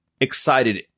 excited